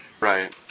Right